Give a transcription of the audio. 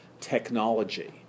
technology